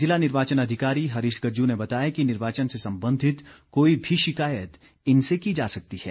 जिला निर्वाचन अधिकारी हरीश गज्जू ने बताया कि निर्वाचन से संबंधित कोई भी शिकायत इनसे की जा सकती है